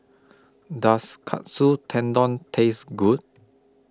Does Katsu Tendon Taste Good